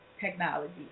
technology